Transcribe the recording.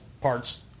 parts